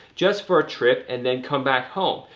just for a trip and then come back home.